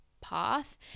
path